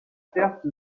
perte